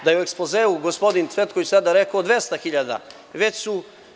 Da je u ekspozeu gospodin Cvetković tada rekao 200 hiljada?